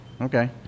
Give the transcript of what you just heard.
Okay